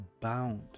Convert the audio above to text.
bound